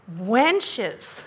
wenches